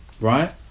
Right